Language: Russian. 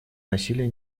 насилие